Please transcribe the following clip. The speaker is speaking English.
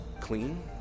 clean